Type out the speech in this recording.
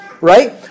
Right